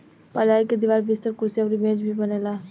पलाई के दीवार, बिस्तर, कुर्सी अउरी मेज भी बनेला